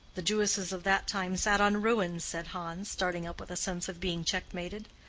the jewesses of that time sat on ruins, said hans, starting up with a sense of being checkmated.